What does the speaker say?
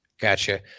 Gotcha